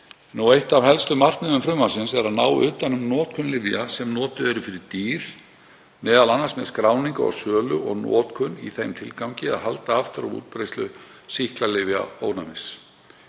Eitt af helstu markmiðum frumvarpsins er að ná utan um notkun lyfja sem notuð eru fyrir dýr, m.a. með skráningu á sölu og notkun í þeim tilgangi að halda aftur af útbreiðslu sýklalyfjaónæmis.